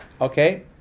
okay